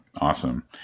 Awesome